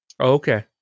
Okay